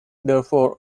therefore